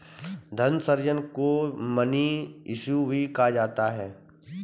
धन सृजन को मनी इश्यू भी कहा जाता है